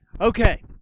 Okay